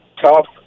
tough